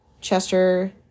Chester